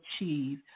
achieve